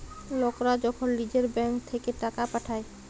লকরা যখল লিজের ব্যাংক থ্যাইকে টাকা পাঠায়